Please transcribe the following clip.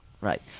Right